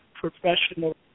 professional